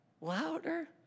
louder